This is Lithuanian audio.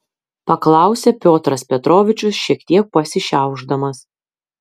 paklausė piotras petrovičius šiek tiek pasišiaušdamas